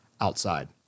outside